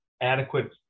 adequate